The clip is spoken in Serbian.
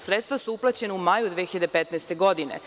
Sredstva su uplaćena u maju 2015. godine.